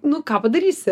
nu ką padarysi